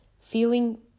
Feeling